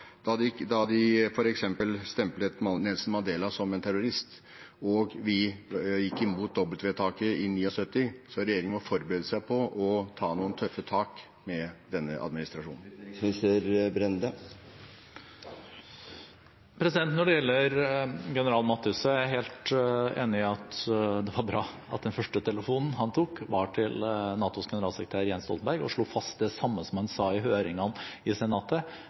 da de stemplet Nelson Mandela som en terrorist, og vi gikk imot dobbeltvedtaket i 1979. Så regjeringen må forberede seg på å ta noen tøffe tak med denne administrasjonen. Når det gjelder general Mattis, er jeg helt enig i at det var bra at den første telefonen han tok, var til NATOs generalsekretær Jens Stoltenberg og slo fast det samme som han sa i høringene i Senatet,